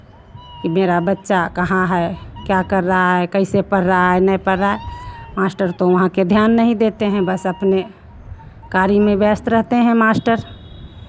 कि मेरा बच्चा कहाँ है क्या कर रहा है कैसे पढ़ रहा है नहीं पढ़ रहा है मास्टर तो वहाँ के ध्यान नहीं देते हैं बस अपने कार्य में व्यस्त रहते हैं मास्टर